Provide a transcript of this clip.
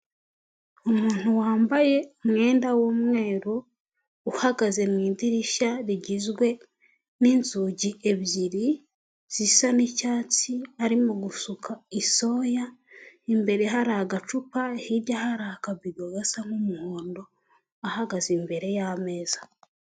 Umuntu wambaye umwenda w'umweru, uhagaze mu idirishya rigizwe n'inzugi ebyiri zisa n'icyatsi, arimo gusuka isoya, imbere hari agacupa, hirya hari akabido gasa nk'umuhondo, ahagaze imbere y'ameza.